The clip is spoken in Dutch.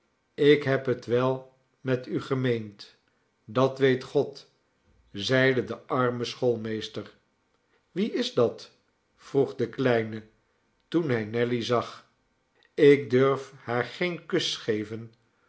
ik heb het wel met u gemeend dat weet god zeide de arme schoolmeester wie is dat vroeg de kleine toen hij nelly zag ik durf haar geen kus geven